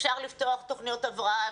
אפשר לפתוח תוכנית הבראה,